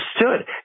understood